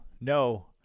no